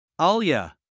Alia